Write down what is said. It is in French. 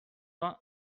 vingt